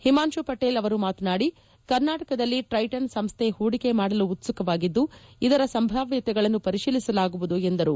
ಹಿಮಾಂತು ಪಟೇಲ್ ಅವರು ಮಾತನಾಡಿ ಕರ್ನಾಟಕದಲ್ಲಿ ಟ್ರೈಟನ್ ಸಂಸ್ಥೆ ಹೂಡಿಕೆ ಮಾಡಲು ಉತ್ಸುಕವಾಗಿದ್ದು ಇದರ ಸಂಭಾವ್ಯತೆಗಳನ್ನು ಪರಿಶೀಲಿಸಲಾಗುವುದು ಎಂದರು